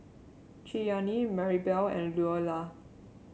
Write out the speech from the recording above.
Cheyanne Marybelle and Loula